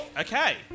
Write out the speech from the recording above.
Okay